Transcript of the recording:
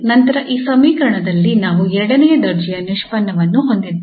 ನಂತರ ಈ ಸಮೀಕರಣದಲ್ಲಿ ನಾವು ಎರಡನೇ ದರ್ಜೆಯ ನಿಷ್ಪನ್ನವನ್ನು ಹೊಂದಿದ್ದೇವೆ